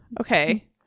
Okay